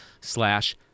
slash